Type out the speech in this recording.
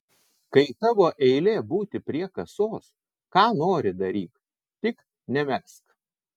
kai tavo eilė būti prie kasos ką nori daryk tik nemegzk